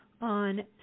on